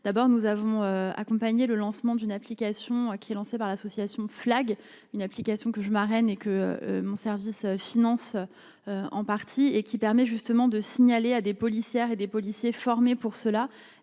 d'abord nous avons accompagné le lancement d'une application qui est lancée par l'association Flag, une application que je marraine et que mon service finance en partie et qui permet justement de signaler à des policières et des policiers formés pour cela,